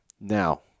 Now